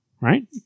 right